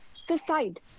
suicide